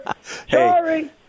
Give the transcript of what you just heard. Sorry